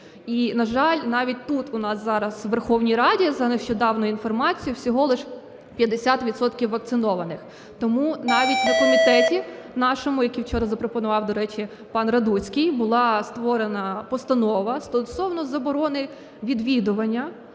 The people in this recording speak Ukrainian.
І, на жаль, навіть тут у нас зараз у Верховній Раді, за нещодавньою інформацією, всього лише 50 відсотків вакцинованих. Тому навіть на комітеті нашому, який вчора запропонував, до речі, пан Радуцький, була створена постанова стосовно заборони відвідування